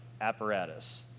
apparatus